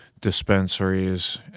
dispensaries